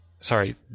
Sorry